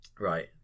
Right